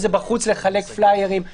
החוק עבר לפני חמישה חודשים,